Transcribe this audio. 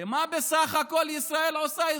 הרי מה בסך הכול ישראל עושה?